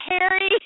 Harry